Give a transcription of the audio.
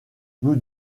nous